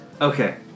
Okay